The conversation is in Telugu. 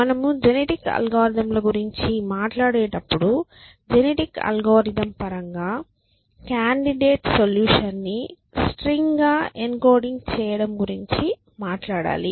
మనము జెనెటిక్ అల్గోరిథంల గురించి మాట్లాడేటప్పుడు జెనెటిక్ అల్గోరిథం పరంగా కాండిడేట్ సొల్యూషన్ని స్ట్రింగ్ గా ఎన్కోడింగ్ చేయడం గురించి మాట్లాడాలి